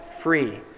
free